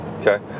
Okay